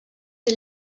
des